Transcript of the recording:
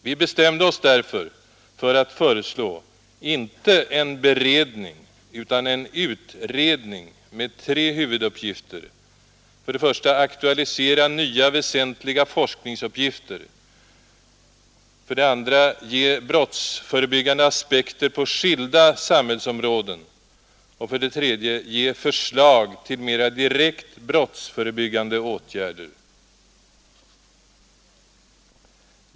Vi bestämde oss därför för att föreslå, inte en beredning, utan en utredning med tre huvuduppgifter: för det första att aktualisera nya väsentliga forskningsuppgifter, för det andra att ge brottsförebyggande aspekter på skilda samhällsområden och för det tredje att ge förslag till mera direkt brottsförebyggande åtgärder.